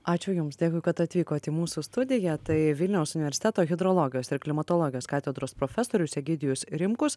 ačiū jums dėkui kad atvykot į mūsų studiją tai vilniaus universiteto hidrologijos ir klimatologijos katedros profesorius egidijus rimkus